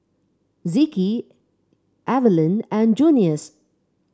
Zeke Eveline and Junious